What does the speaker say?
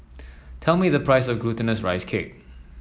tell me the price of Glutinous Rice Cake